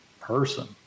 person